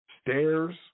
stairs